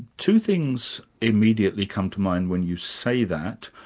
two things immediately come to mind when you say that.